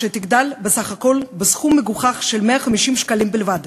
שתגדל בסך הכול בסכום מגוחך של 150 שקלים בלבד.